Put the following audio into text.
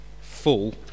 full